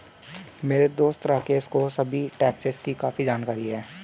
मेरे दोस्त राकेश को सभी टैक्सेस की काफी जानकारी है